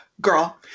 Girl